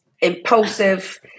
impulsive